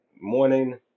morning